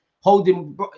Holding